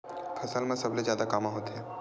फसल मा सबले जादा कामा होथे?